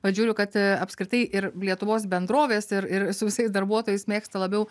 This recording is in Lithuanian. vat žiūriu kad apskritai ir lietuvos bendrovės ir ir su visais darbuotojais mėgsta labiau